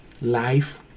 life